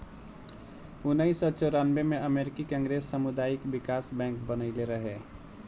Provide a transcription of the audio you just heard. उनऽइस सौ चौरानबे में अमेरिकी कांग्रेस सामुदायिक बिकास बैंक बनइले रहे